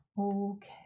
Okay